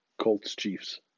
Colts-Chiefs